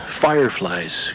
fireflies